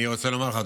אני רוצה לומר לך,